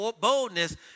boldness